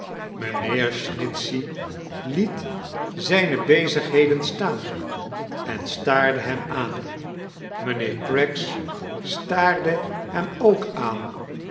mijnheeir snitchey liet zijne bezigheden staan en staarde hem aan mijnheeir craggs staarde hem ook aan